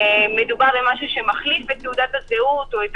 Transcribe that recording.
מדובר במשהו שמחליף את תעודת הזיהוי או את